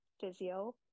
physio